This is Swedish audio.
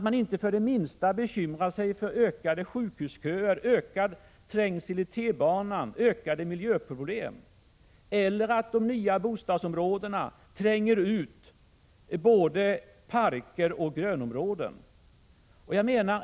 Man bekymrar sig inte det minsta för ökade sjukhusköer, ökad trängsel i tunnelbanan, ökade miljöproblem eller att de nya bostadsområdena tränger ut både parker och grönområden.